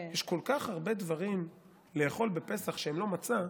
יש כל כך הרבה דברים לאכול בפסח שהם לא מצה.